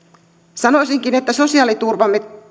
sanoisinkin että sosiaaliturvamme